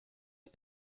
ere